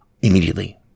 Immediately